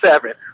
seven